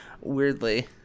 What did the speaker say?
weirdly